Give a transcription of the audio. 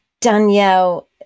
Danielle